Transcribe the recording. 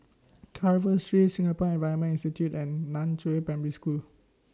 Carver Street Singapore Environment Institute and NAN Chiau Primary School